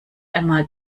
einmal